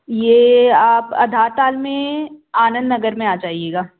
ये आप आधारताल में आंनदनगर में आ जाइएगा